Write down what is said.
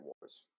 Wars